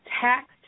tax